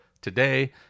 today